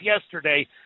yesterday